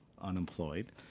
unemployed